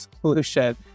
solution